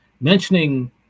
mentioning